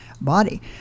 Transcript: body